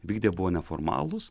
vykdė buvo neformalūs